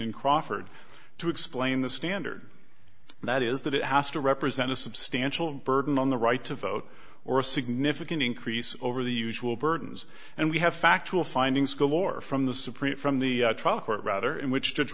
in crawford to explain the standard and that is that it has to represent a substantial burden on the right to vote or a significant increase over the usual burdens and we have factual findings goal or from the supreme from the trial court rather in which ju